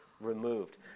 removed